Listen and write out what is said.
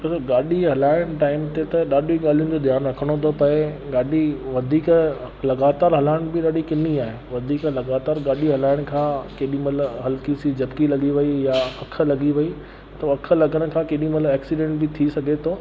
छो जो गाॾी हलाइण जे टाईम ते त ॾाढी ॻाल्हियुनि जो ध्यानु रखिणो थो पए गाॾी वधीक लॻातार हलाइण बि ॾाढी किन्नी आहे वधीक लॻातार गाॾी हालाइण खां केॾी महिल हल्की सी झपकी लॻी वई यां अखु लॻी वई त अखु लॻण खां केॾी महिल एक्सीडंट बि थी सघे थो